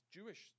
Jewish